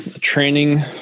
training